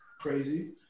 crazy